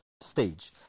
stage